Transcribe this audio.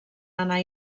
anar